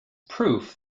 proof